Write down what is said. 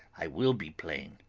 i will be plain.